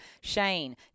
Shane